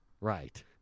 Right